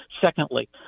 secondly